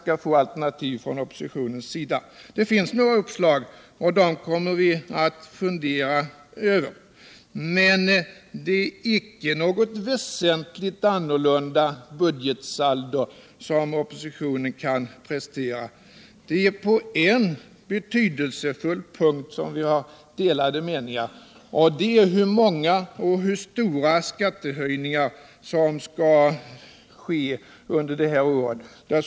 Det finns några uppslag, och dem kommer vi att fundera över, men det är icke något väsentligt annat budgetsaldo som oppositionen kan prestera. På en betydelsefull punkt har vi delade meningar, och det är när det gäller hur många och hur stora skattehöjningar som skall ske under de här åren.